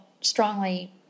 strongly